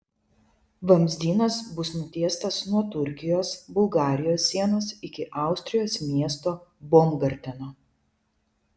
vamzdynas bus nutiestas nuo turkijos bulgarijos sienos iki austrijos miesto baumgarteno